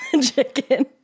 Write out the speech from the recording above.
chicken